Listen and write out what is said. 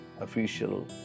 official